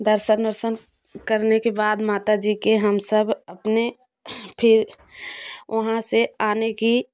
दर्शन वर्शन करने के बाद माता जी के हम सब अपने फिर वहाँ से आने की